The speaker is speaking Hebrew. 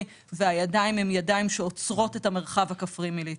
והידיים הם ידיים שעוצרות את המרחב הכפרי מלהתפתח.